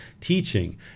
teaching